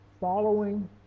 following